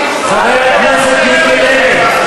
מאיפה אתה מביא 3 מיליארד